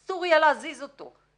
אסור יהיה להזיז אותו.